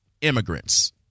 immigrants